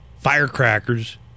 Firecrackers